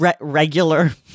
regular